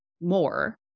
more